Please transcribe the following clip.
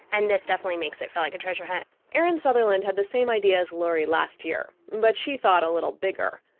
and this definitely makes it feel like a treasure hunt erin sutherland had the same idea as lurie last year. but she thought a little bigger.